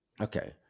Okay